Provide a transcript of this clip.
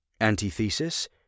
Antithesis